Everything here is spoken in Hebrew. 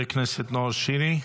חבר הכנסת נאור שירי,